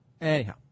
Anyhow